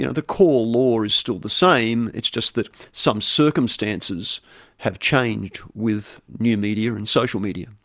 you know the core law is still the same, it's just that some circumstances have changed with new media and social media.